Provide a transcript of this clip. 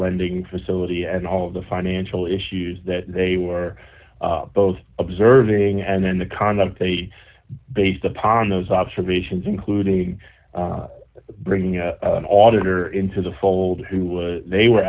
lending facility and all of the financial issues that they were both observing and then the conduct they based upon those observations including bringing an auditor into the fold who was they were